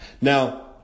Now